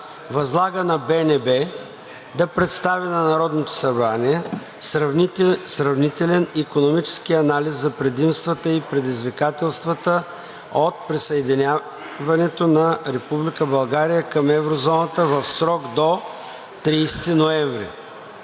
„Възлага на БНБ да представи на Народното събрание сравнителен икономически анализ за предимствата и предизвикателствата от присъединяването на Република България към еврозоната в срок до 30 ноември.“